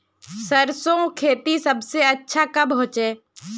सरसों खेती सबसे अच्छा कब होचे?